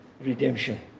redemption